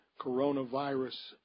coronavirus